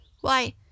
Why